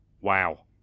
wow